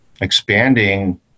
expanding